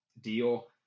deal